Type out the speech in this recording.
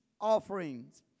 offerings